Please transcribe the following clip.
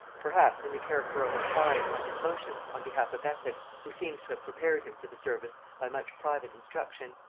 perhaps in the character of a spy upon his motions on behalf of essex, who seems to have prepared him for the service by much private instruction.